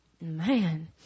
Man